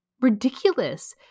ridiculous